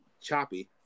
choppy